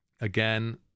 again